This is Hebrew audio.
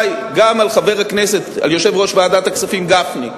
וגם על יושב-ראש ועדת הכספים גפני.